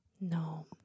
No